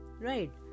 Right